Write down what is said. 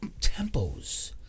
tempos